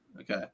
Okay